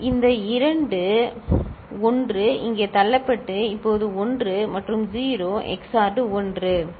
இந்த இரண்டு 1 இங்கே தள்ளப்பட்டு இப்போது 1 மற்றும் 0 XORed 1 சரி